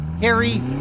Harry